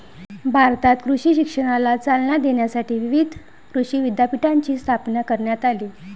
भारतात कृषी शिक्षणाला चालना देण्यासाठी विविध कृषी विद्यापीठांची स्थापना करण्यात आली